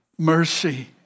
Mercy